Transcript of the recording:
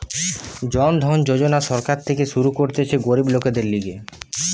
জন ধন যোজনা সরকার থেকে শুরু করতিছে গরিব লোকদের লিগে